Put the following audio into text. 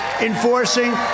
enforcing